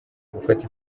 gufata